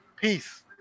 Peace